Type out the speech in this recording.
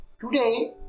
Today